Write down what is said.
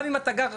גם אם אתה גר,